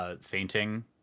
fainting